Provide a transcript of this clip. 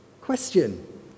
Question